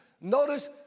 Notice